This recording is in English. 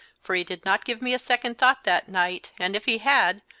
for he did not give me a second thought that night, and if he had,